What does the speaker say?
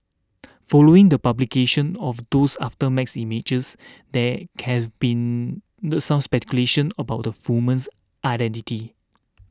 following the publication of those aftermath images there has been the some speculation about the woman's identity